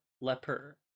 Leper